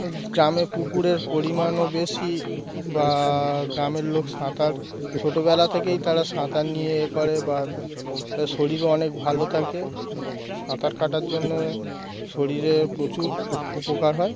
গ্রামে পুকুরের পরিমাণও বেশি বা গ্রামের লোক সাঁতার ছোটোবেলা থেকেই তারা সাঁতার নিয়ে এইয়ে করে বা শরীরও অনেক ভালো থাকে সাঁতার কাটার জন্যে শরীরে প্রচুর উপকার হয়